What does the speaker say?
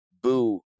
Boo